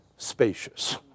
spacious